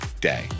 day